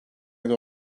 yedi